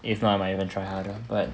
if not I might even try harder but